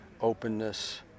openness